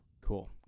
cool